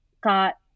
got